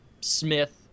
smith